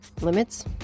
limits